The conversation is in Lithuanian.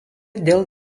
dėl